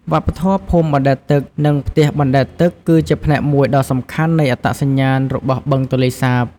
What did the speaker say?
វប្បធម៌ភូមិបណ្ដែតទឹក និងផ្ទះបណ្ដែតទឹក គឺជាផ្នែកមួយដ៏សំខាន់នៃអត្តសញ្ញាណរបស់បឹងទន្លេសាប។